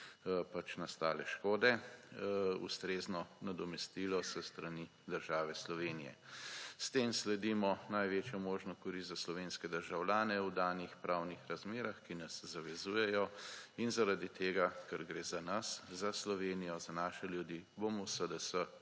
nastale škode ustrezno nadomestilo s strani države Slovenije. S tem sledimo največjo možno korist za slovenske državljane v danih pravnih razmerah, ki nas zavezujejo. Zaradi tega, ker gre za nas, za Slovenijo, za naše ljudi, bomo v SDS